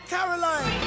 Caroline